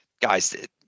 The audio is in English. guys